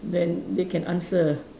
then they can answer